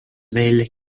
veel